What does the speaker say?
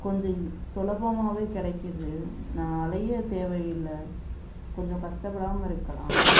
கொஞ்சம் சுலபமாவே கிடைக்கிது நான் அழைய தேவையில்லை கொஞ்சம் கஷ்டப்படாமல் இருக்கலாம்